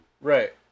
right